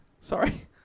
Sorry